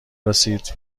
رسید